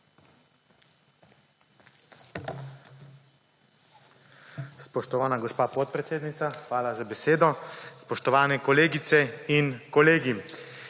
Spoštovana gospa podpredsednica, hvala za besedo. Spoštovani kolegice in kolegi!